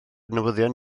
newyddion